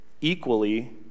Equally